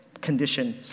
condition